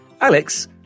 Alex